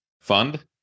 fund